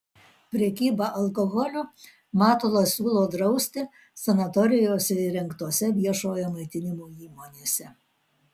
prekybą alkoholiu matulas siūlo drausti sanatorijose įrengtose viešojo maitinimo įmonėse